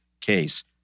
case